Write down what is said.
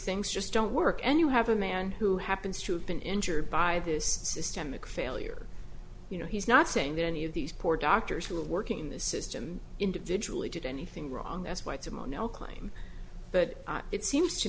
things just don't work and you have a man who happens to have been injured by this systemic failure you know he's not saying that any of these poor doctors who were working in the system individually did anything wrong that's why it's a mono claim but it seems to